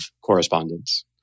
correspondence